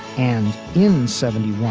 and in seventy one,